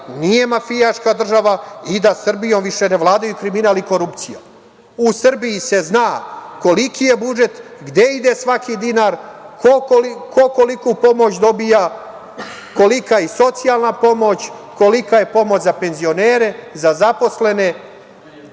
nije mafijaška država i da Srbijom više ne vladaju kriminal i korupcija. U Srbiji se zna koliki je budžet, gde ide svaki dinar, ko koliku pomoć dobija, kolika je socijalna pomoć, kolika je pomoć za penzionere, za zaposlene,